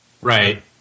Right